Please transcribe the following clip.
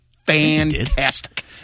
fantastic